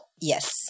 yes